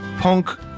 punk